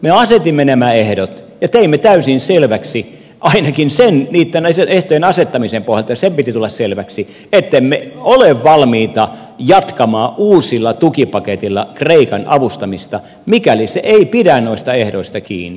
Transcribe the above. me asetimme nämä ehdot ja teimme täysin selväksi ainakin niitten ehtojen asettamisen pohjalta sen piti tulla selväksi ettemme ole valmiita jatkamaan uusilla tukipaketeilla kreikan avustamista mikäli se ei pidä noista ehdoista kiinni